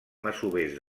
masovers